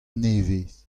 nevez